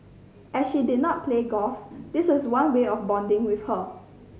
as she did not play golf this was one way of bonding with her